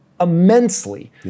immensely